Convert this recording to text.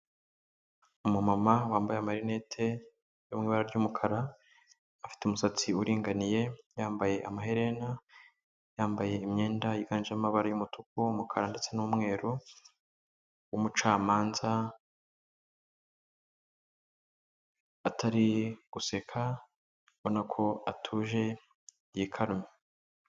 Umumama wambaye amarinete yo mu ibara ry'umukara, afite umusatsi uringaniye, yambaye amaherena, yambaye imyenda yiganjemo amabara y'umutuku, umukara ndetse n'umweru, umucamanza atari guseka, ubona ko atuje yikarumye.